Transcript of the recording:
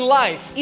life